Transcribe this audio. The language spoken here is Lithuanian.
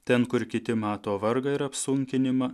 ten kur kiti mato vargą ir apsunkinimą